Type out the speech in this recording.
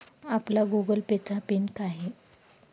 आपला Google Pay चा PIN काय आहे?